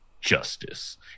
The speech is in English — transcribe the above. justice